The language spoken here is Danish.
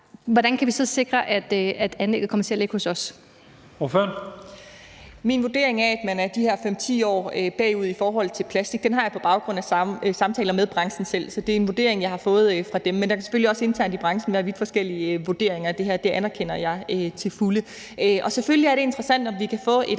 Mette Abildgaard (KF): Min vurdering af, at man er de her 5-10 år bagud i forhold til plastik, har jeg på baggrund af samtaler med branchen selv. Så det er en vurdering, jeg har fået fra dem, men der kan selvfølgelig også internt i branchen være vidt forskellige vurderinger af det her. Det anerkender jeg til fulde. Selvfølgelig er det interessant, om vi kan få et